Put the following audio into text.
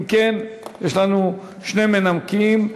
אם כן, יש לנו שני מנמקים.